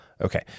Okay